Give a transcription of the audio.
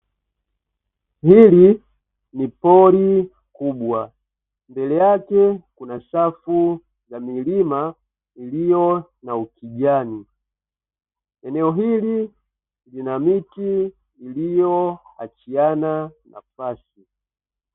Hili ni pori kubwa ,mbele yake kuna shavu la milima iliyo na ukijani. Eneo hili lina miti iliyoaachiana nafasi.